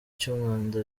cy’umwanda